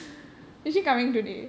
usually coming today